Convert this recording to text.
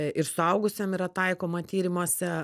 ir suaugusiam yra taikoma tyrimuose